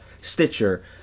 Stitcher